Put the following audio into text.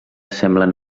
semblen